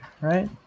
right